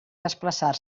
desplaçar